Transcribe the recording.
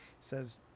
says